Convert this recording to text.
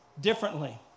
Differently